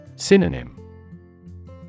Synonym